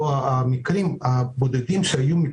המקרים הבודדים שהיו עד עכשיו,